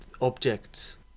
objects